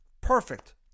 Perfect